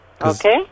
Okay